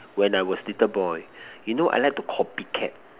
when I was little boy you know I like to copy cat